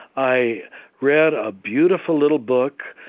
i read a beautiful little book,